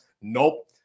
Nope